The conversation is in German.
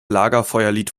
lagerfeuerlied